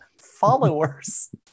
followers